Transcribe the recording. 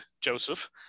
Joseph